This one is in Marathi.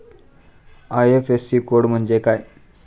आय.एफ.एस.सी कोड म्हणजे काय?